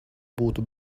būtu